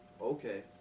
okay